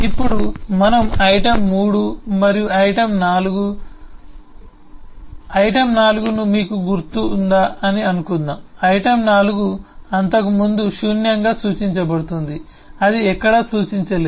ఇప్పుడు మనము ఐటమ్ 3 మరియు ఐటమ్ 4 ఐటమ్ 4 ను మీకు గుర్తుందా అని అనుకుందాం ఐటమ్ 4 అంతకుముందు శూన్యంగా సూచించబడుతోంది అది ఎక్కడా సూచించలేదు